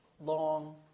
long